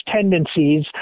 tendencies